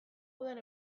udan